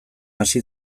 hasi